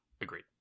Agreed